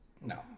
No